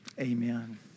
Amen